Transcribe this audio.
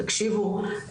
תקשיבו,